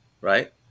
right